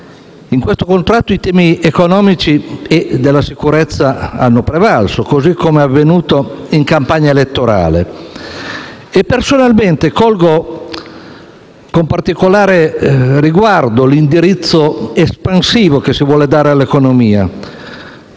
per iscritto - i temi economici e della sicurezza hanno prevalso, così com'è avvenuto in campagna elettorale. Personalmente colgo con particolare riguardo l'indirizzo espansivo che si vuole dare all'economia,